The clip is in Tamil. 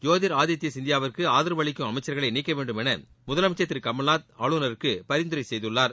ஜோதிர் ஆதித்யா சிங்காவிற்கு ஆதரவு அளிக்கும் அமைச்சர்களை நீக்க வேண்டும் என முதலமைச்சர் திரு கமல்நாத் ஆளுனருக்கு பரிந்துரை செய்துள்ளார்